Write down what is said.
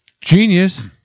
Genius